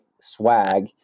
swag